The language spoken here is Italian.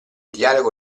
dialogo